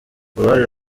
uruhare